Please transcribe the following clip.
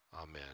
Amen